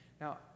Now